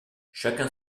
chacun